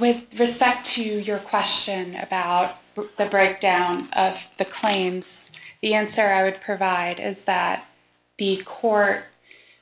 with respect to your question about the breakdown of the claims the answer i would provide is that the court